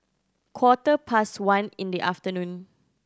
quarter past one in the afternoon